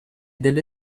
delle